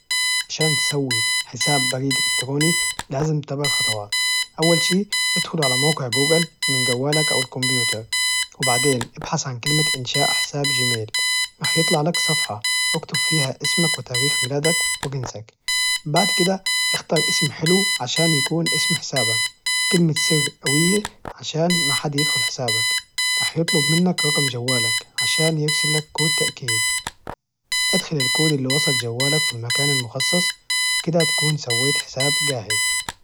عشان تسوي حساب بريد إلكتروني لازم تتبع الخطوات، أول شي أدخل على موقع جوجل من جوالك أو الكمبيوتر، وبعدين ابحث عن كلمة إنشاء حساب جي ميل، راح يطلع لك صفحة اكتب فيها اسمك وتاريخ ميلادك وجنسك، بعد كدا اختار اسم حلو عشان يكون اسم حسابك وكلمة سر قوية عشان ما حد يدخل حسابك، راح يطلب منك رقم جوالك عشان يرسل لك كود تأكيد، أدخل الكود إللي وصل جوالك في المكان المخصص وبكده تكون سويت حساب جاهز.